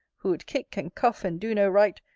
who would kick and cuff, and do no right,